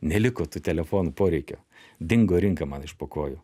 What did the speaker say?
neliko tų telefonų poreikio dingo rinka man iš po kojų